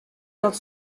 dat